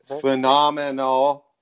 phenomenal